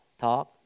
talk